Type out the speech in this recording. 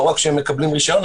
לא רק שהם מקבלים רישיון,